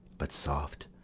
but soft!